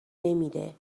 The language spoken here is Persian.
نمیده